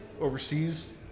overseas